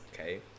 Okay